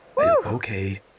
Okay